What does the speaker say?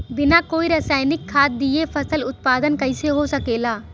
बिना कोई रसायनिक खाद दिए फसल उत्पादन कइसे हो सकेला?